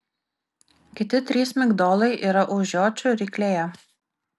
kiti trys migdolai yra už žiočių ryklėje